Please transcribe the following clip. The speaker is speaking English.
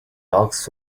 docks